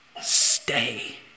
stay